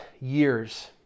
years